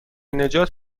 نجات